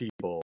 people